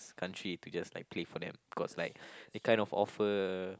country to just like play for them cause like they kind of offer